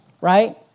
right